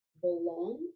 belong